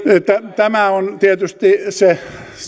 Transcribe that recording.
tämä on tietysti se